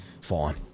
Fine